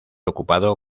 ocupado